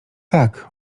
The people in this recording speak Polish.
tak